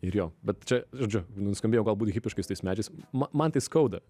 ir jo bet čia žodžiu nuskambėjo galbūt hipiškai su tais medžiais ma man tai skauda